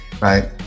right